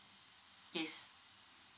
yes